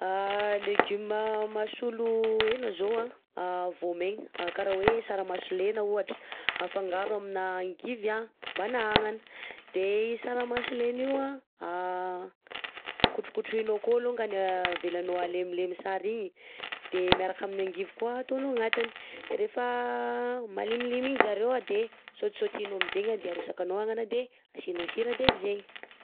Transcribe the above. A légume mahasolo hena zao an: vaomegna kara hoe tsaramaso lena ohatra afangaro amina angivy mbana agnana, de i tsaramaso lena io an kotrokotroinao akao alongany avelanao alemilemy tsara igny de miaraka amin'ny angivy koà ataonao agnatiny, de rehefa malimilimy igny zario an de saotisaotinao aminjegny a de arotsakanao agnana de asianao sira de zegny.